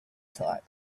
thought